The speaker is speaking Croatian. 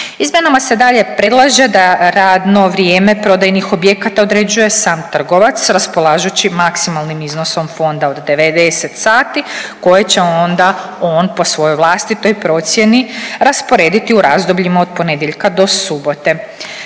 Izmjenama se dalje predlaže da radno vrijeme prodajnih projekata određuje sam trgovac raspolažući maksimalnim iznosom fonda od 90 sati koje će onda on po svojoj vlastitoj procijeni rasporediti u razdobljima od ponedjeljka do subote.